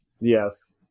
Yes